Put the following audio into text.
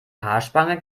haarspange